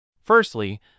Firstly